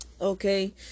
Okay